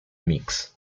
mix